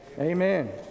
amen